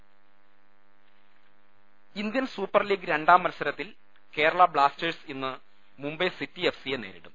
പ്ര Indian super league രണ്ടാം മത്സരത്തിൽ കേരള് ബ്ലാസ്റ്റേഴ്സ് ഇന്ന് മുംബൈ സിറ്റി എഫ് സിയെ നേരിടും